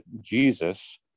jesus